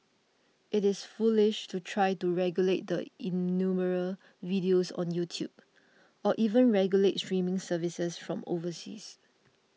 it is foolish to try to regulate the innumerable videos on YouTube or even regulate streaming services from overseas